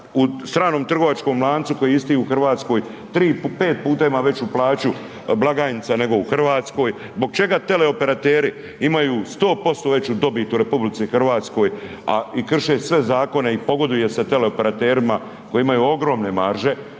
u stranom trgovačkom lancu koji je isti u Hrvatskoj 3, po 5x ima veću plaću blagajnica nego u Hrvatskoj. Zbog čega teleoperateri imaju 100% veću dobit u RH a i krše sve zakone i pogoduje se teleoperaterima koji imaju ogromne marže